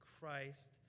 Christ